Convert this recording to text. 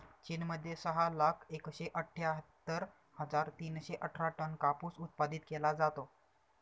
चीन मध्ये सहा लाख एकशे अठ्ठ्यातर हजार तीनशे अठरा टन कापूस उत्पादित केला जातो